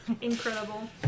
Incredible